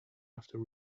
after